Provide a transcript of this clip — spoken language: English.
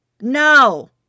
No